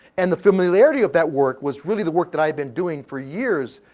and the familiarity of that work was really the work that i had been doing for years.